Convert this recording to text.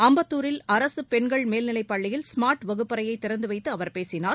அம்பத்தூரில் அரசு பெண்கள் மேல்நிலைப் பள்ளியில் ஸ்மா்ட் வகுப்பறையை திறந்துவைத்து அவர் பேசினார்